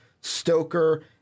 Stoker